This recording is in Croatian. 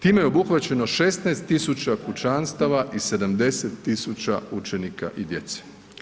Time je obuhvaćeno 16 000 kućanstava i 70 000 učenika i djece.